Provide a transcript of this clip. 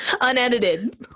Unedited